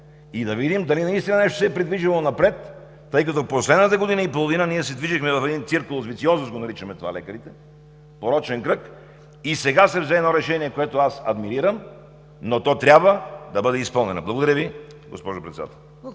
и да видим дали наистина нещо се е придвижило напред, тъй като последната година и половина ние се движехме в един циркулос вициозус – лекарите го наричаме порочен кръг, и сега се взе едно решение, което аз адмирирам, но то трябва да бъде изпълнено. Благодаря Ви, госпожо Председател.